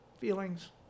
feelings